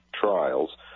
trials